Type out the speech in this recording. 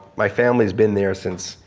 my families been there since,